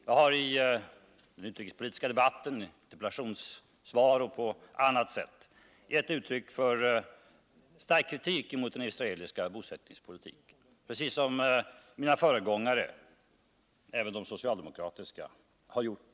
Jag har i den utrikespolitiska debatten, i interpellationssvar och på annat sätt gett uttryck för stark kritik mot den israeliska bosättningspolitiken, precis som mina föregångare — även de socialdemokratiska — har gjort.